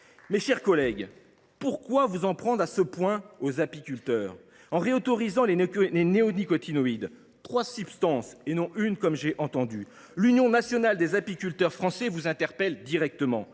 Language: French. Mes chers collègues, pourquoi vous en prendre à ce point aux apiculteurs en réautorisant des néonicotinoïdes – trois substances, et non une seule, comme je l’ai entendu. L’Union nationale de l’apiculture française (Unaf) vous interpelle directement